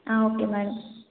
okay madam